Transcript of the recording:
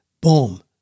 boom